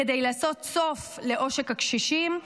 כדי לעשות סוף לעושק הקשישים.